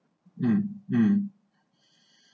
um um